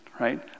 right